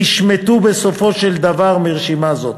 נשמטו בסופו של דבר מרשימה זאת.